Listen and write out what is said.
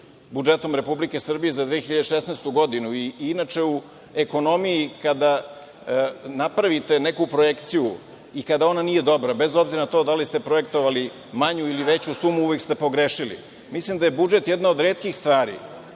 budžetom RS za 2016. godinu i inače u ekonomiji kada napravite neku projekciju i kada ona nije dobra, bez obzira na to da li ste projektovali manju ili veću sumu, uvek ste pogrešili. Mislim da je budžet jedna od retkih stvari